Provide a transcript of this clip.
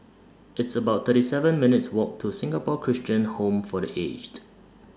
It's about thirty seven minutes' Walk to Singapore Christian Home For The Aged